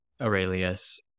Aurelius